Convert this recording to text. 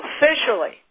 officially